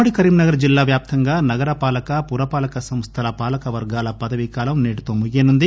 ఉమ్మడి కరీంనగర్ జిల్లా వ్యాప్తంగా నగర పాలక పుర పాలక సంస్థల పాలక వర్గాల పదవి కాలం నేటి తో ముగియనుంది